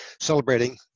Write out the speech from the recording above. celebrating